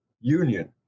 union